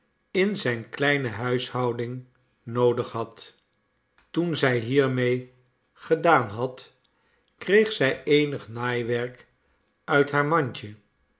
in zijne kleine huishouding noodig had toen zij hiermede gedaan had kreeg zij eenig naaiwerk uit haar mandje